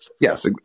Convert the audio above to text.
Yes